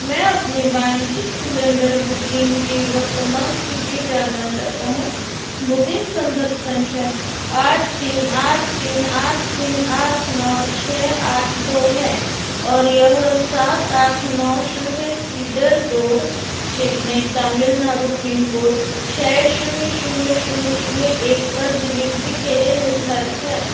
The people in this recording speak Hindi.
मैं अपने वाणिज्यिक सिलेन्डर बुकिंग की वर्तमान स्थिति जानना चाहता हूँ बुकिंग संदर्भ संख्या आठ तीन आठ तीन आठ तीन आठ नौ छः आठ दो है और यह सात आठ नौ शून्य cedar road Chennai Tamil Nadu pin code छः शून्य शून्य शून्य शून्य एक पर डिलिवरी के लिए निर्धारित है